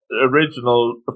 original